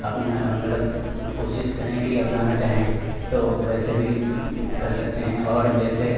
अपना मतलब कोशिश करें कि अपनाना चाहें तो वैसे भी कर सकते हैं और जैसे